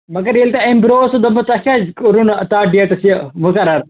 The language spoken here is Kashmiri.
مگر ییٚلہِ تۄہہِ اَمہِ برٛونٛہہ اوسوٕ دوٚپمُت تۄہہِ کیٛازِ کوٚروٕ نہٕ تَتھ ڈیٹَس یہِ مُقرر